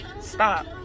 Stop